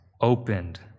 opened